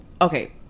okay